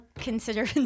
consider